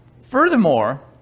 Furthermore